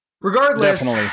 regardless